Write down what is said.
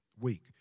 week